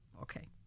Okay